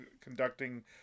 conducting